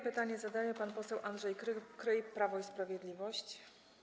Pytanie zadaje pan poseł Andrzej Kryj, Prawo i Sprawiedliwość.